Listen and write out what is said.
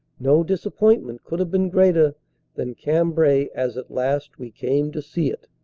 no disappointment could have been greater than cambrai as at last ve came to see it.